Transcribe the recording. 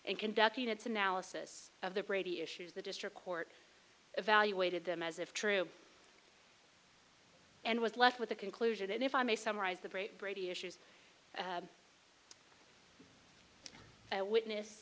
and conducting its analysis of the brady issues the district court evaluated them as if true and was left with the conclusion that if i may summarize the great brady issues a witness